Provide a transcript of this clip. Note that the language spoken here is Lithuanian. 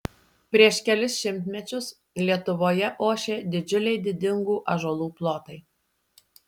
prieš kelis šimtmečius lietuvoje ošė didžiuliai didingų ąžuolų plotai